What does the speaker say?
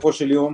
בסופו של יום,